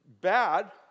bad